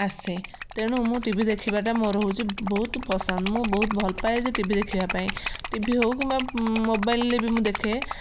ଆସେ ତେଣୁ ମୁଁ ଟି ଭି ଦେଖିବାଟା ମୋର ହଉଛି ବହୁତ ପସନ୍ଦ ମୁଁ ବହୁତ ଭଲପାଏ ଯେ ଟି ଭି ଦେଖିବାପାଇଁ ଟି ଭି ହଉ କିମ୍ବା ମୋବାଇଲରେ ମୁଁ ଦେଖେ